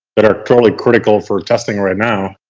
that are totally critical for testing right now,